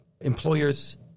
employers